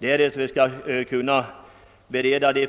för att kunna bereda dem